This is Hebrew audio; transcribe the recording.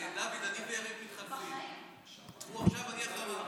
דוד, אני ויריב התחלפנו, הוא עכשיו ואני אחריו.